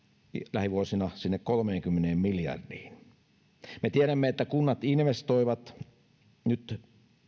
lähivuosina sinne kolmeenkymmeneen miljardiin me tiedämme että kunnat investoivat nyt